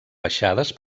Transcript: baixades